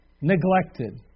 neglected